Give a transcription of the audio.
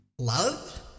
Love